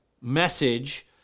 message